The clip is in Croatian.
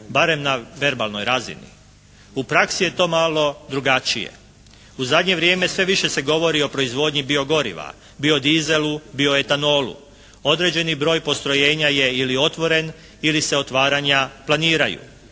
barem na verbalnoj razini. U praksi je to malo drugačije. U zadnje vrijeme sve više se govori o proizvodnji bio goriva, bio dizelu, bio etanolu. Određeni broj postrojenja je ili otvoren ili se otvaranja planiraju.